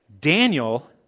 Daniel